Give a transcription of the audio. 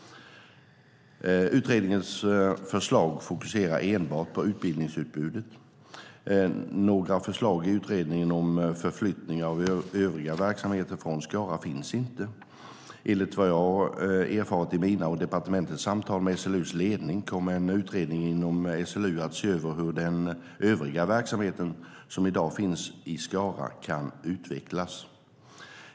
Utredningens förslag fokuserar enbart på utbildningsutbudet. Några förslag i utredningen om förflyttning av övriga verksamheter från Skara finns inte. Enligt vad jag erfarit i mina och departementets samtal med SLU:s ledning kommer en utredning inom SLU att se över hur den övriga verksamheten som i dag finns i Skara kan utvecklas.